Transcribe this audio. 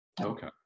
Okay